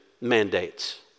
mandates